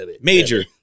Major